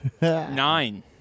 Nine